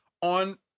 on